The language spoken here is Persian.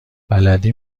بلدی